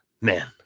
Man